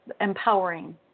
empowering